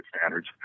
standards